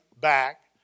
back